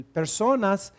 personas